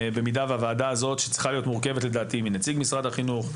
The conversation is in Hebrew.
הוועדה הזאת צריכה להיות מורכבת לדעתי מנציג משרד החינוך,